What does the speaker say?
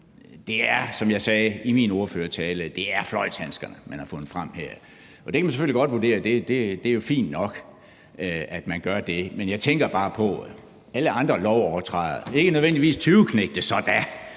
Det er, som jeg sagde i min ordførertale, fløjlshandskerne, man har fundet frem her. Man kan selvfølgelig godt vurdere, at det er fint nok, man gør det. Jeg tænker bare på alle andre lovovertrædere, ikke nødvendigvis tyveknægte. Jeg